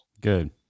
Good